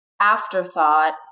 afterthought